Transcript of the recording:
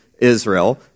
Israel